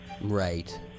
Right